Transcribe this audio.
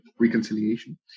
reconciliation